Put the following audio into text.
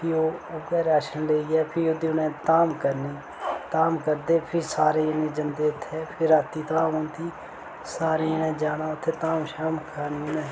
फ्ही ओह् उयै राशन लेइयै फ्ही ओह्दे नै धाम करनी धाम करदे फिर सारे जने जंदे उत्थै फ्ही रातीं धाम होंदी सारे जनें जाना उत्थै धाम शाम खानी उनें